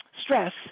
stress